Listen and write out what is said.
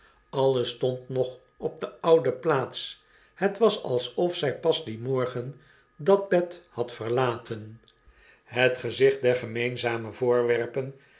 alles stond nog op de oude plaats het was alsof zy pas dien morgen dat bed had verlaten het gezicht der gemeenzame voorwerpen